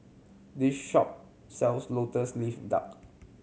this shop sells Lotus Leaf Duck